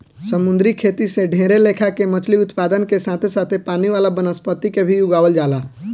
समुंद्री खेती से ढेरे लेखा के मछली उत्पादन के साथे साथे पानी वाला वनस्पति के भी उगावल जाला